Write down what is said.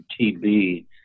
TB